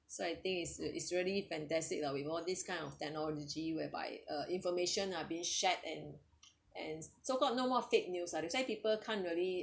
so I think it's it's really fantastic lah with all these kind of technology whereby uh information are being shared and and so got no more fake news ah that's why people can't really